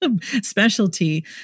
specialty